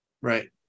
right